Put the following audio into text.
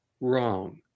wrong